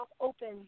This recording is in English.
open